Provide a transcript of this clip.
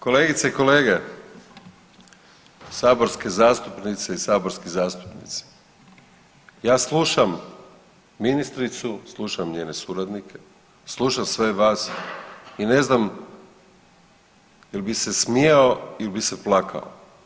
Kolegice i kolege, saborske zastupnice i saborski zastupnici, ja slušam ministricu, slušam njene suradnike, slušam sve vas i ne znam il bi se smijao, il bi se plakao.